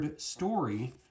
story